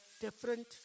different